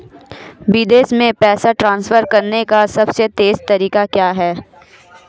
विदेश में पैसा ट्रांसफर करने का सबसे तेज़ तरीका क्या है?